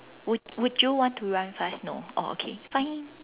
would would you want to run fast no oh okay fine